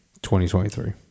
2023